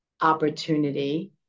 opportunity